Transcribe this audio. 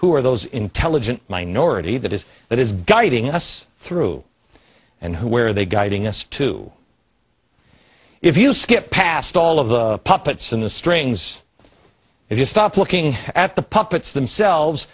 who are those intelligent minority that is that is guiding us through and where they guiding us to if you skip past all of the puppets and the strings if you stop looking at the puppets themselves